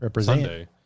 Sunday